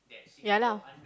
yeah lah